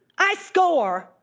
i score,